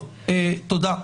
תודה.